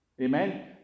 Amen